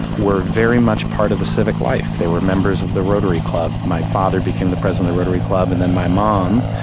were very much part of the civic life. they were members of the rotary club. my father became the president of the rotary club, and then my mom,